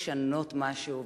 לשנות משהו.